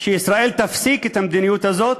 שישראל תפסיק את המדיניות הזאת,